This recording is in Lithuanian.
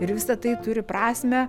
ir visa tai turi prasmę